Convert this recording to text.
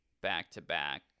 back-to-back